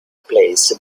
placed